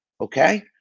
Okay